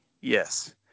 Yes